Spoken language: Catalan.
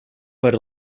per